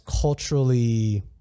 culturally